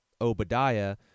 Obadiah